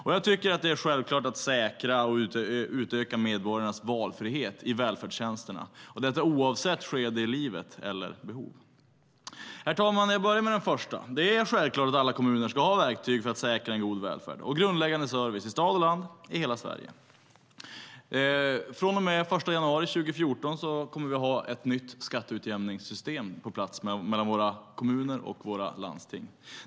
Och jag tycker att det självklart att säkra och utöka medborgarnas valfrihet i välfärdstjänsterna, detta oavsett skede i livet eller behov. Herr talman! Jag börjar med den första. Det är självklart att alla kommuner ska ha verktyg för att säkra en god välfärd och grundläggande service i stad och land i hela Sverige. Från och med den 1 januari 2014 kommer vi att ha ett nytt skatteutjämningssystem på plats för våra kommuner och våra landsting.